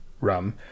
rum